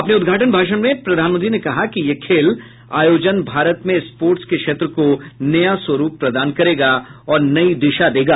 अपने उद्घाटन भाषण में प्रधानमंत्री ने कहा कि ये खेल आयोजन भारत में स्पोर्ट्स के क्षेत्र को नया स्वरूप प्रदान करेगा और नई दिशा देगा